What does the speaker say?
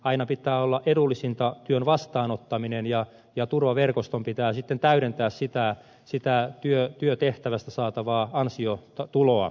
aina pitää olla edullisinta työn vastaanottaminen ja turvaverkoston pitää sitten täydentää sitä työtehtävästä saatavaa ansiotuloa